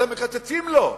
שאתם מקצצים לו.